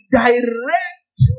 direct